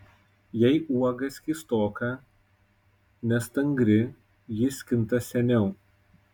jei uoga skystoka nestangri ji skinta seniau